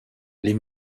les